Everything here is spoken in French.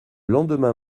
lendemain